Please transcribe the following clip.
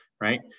right